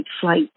flight